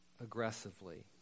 aggressively